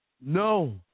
No